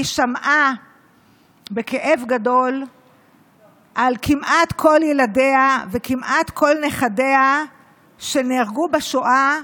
היא שמעה בכאב גדול שכמעט כל ילדיה וכמעט כל נכדיה נהרגו בשואה,